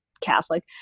Catholic